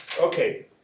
Okay